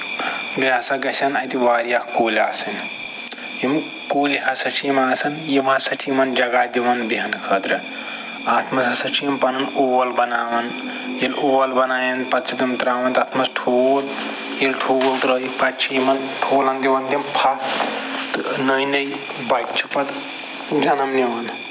بیٚیہِ ہسا گژھَن اَتہِ واریاہ کُلۍ آسٕنۍ یِم کُلۍ ہسا چھِ یِم آسان یِم ہسا چھِ یِمَن جگہ دِوان بیٚہنہٕ خٲطرٕ اَتھ منٛز ہسا چھِ یِم پَنُن اول بَناوان ییٚلہِ اول بَنایَن پَتہٕ چھِ تِم ترٛاوان تَتھ منٛز ٹھوٗل ییٚلہِ ٹھوٗل ترٛٲیِکھ پَتہٕ چھِ یِمَن ٹھوٗلَن دِوان تِم پھَہ نٔے نٔے بَچہٕ چھِ پَتہٕ جَنَم نَوان